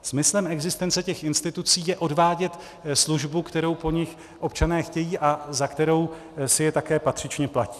Smyslem existence těch institucí je odvádět službu, kterou po nich občané chtějí a za kterou si je také patřičně platí.